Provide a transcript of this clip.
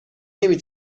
نمی